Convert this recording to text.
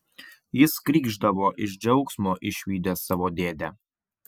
jis krykšdavo iš džiaugsmo išvydęs savo dėdę